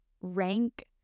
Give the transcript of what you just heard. rank